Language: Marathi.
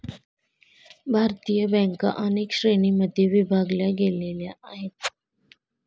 भारतीय बँका अनेक श्रेणींमध्ये विभागल्या गेलेल्या आहेत